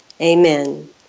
Amen